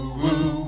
woo